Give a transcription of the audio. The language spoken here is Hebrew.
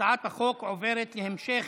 הצעת החוק עוברת להמשך